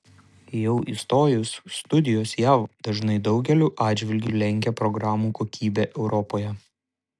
jau įstojus studijos jav dažnai daugeliu atžvilgiu lenkia programų kokybę europoje